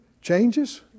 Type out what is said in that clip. changes